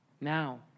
Now